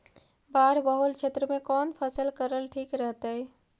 बाढ़ बहुल क्षेत्र में कौन फसल करल ठीक रहतइ?